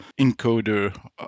encoder